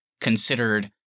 considered